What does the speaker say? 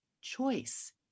choice